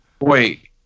Wait